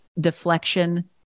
deflection